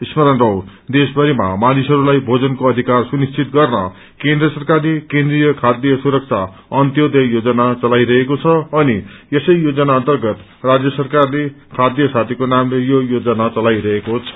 स्मरण रहोस देशभरिमा मानिसहरूलाइ भोजनको अधिकार सुनिश्चित गर्न केन्द्र सरकारले केन्द्रय खाध्य सुरक्षा अन्त्योदय योजना चलाईरहेको छ अनि यसै योजना अर्न्तगत राज्य सरकारले खाध्य साथीको नामले यो योजना चलाईरहेको छ